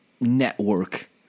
network